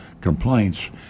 complaints